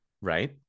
Right